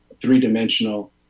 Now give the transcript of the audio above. three-dimensional